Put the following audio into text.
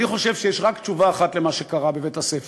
אני חושב שיש רק תשובה אחת על מה שקרה בבית-הספר